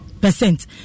percent